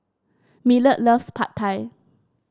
Millard loves Pad Thai